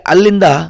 alinda